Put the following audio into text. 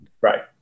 Right